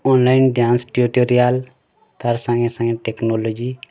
online dance tutorial ତା'ର୍ ସାଙ୍ଗେ ସାଙ୍ଗେ ଟେକ୍ନୋଲୋଜି